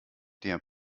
der